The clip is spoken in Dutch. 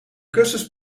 kussens